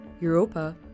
Europa